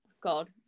God